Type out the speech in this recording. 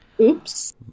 Oops